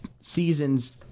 season's